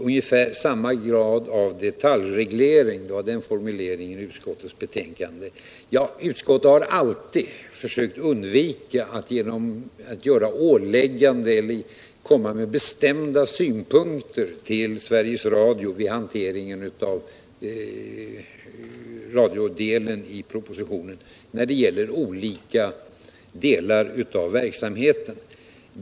Det gällde formuleringen i utskottsbetänkandet — ”ungefär samma grad av detaljreglering”. Utskottet har alltid försökt undvika att göra detaljålägganden eller komma med bestämda synpunkter till Sveriges Radio för olika delar av verksamheten.